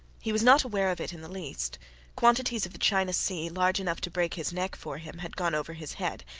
he was not aware of it in the least quantities of the china sea, large enough to break his neck for him, had gone over his head,